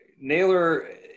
Naylor